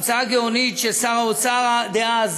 המצאה גאונית ששר האוצר דאז